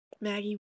Maggie